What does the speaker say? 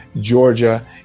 Georgia